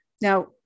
Now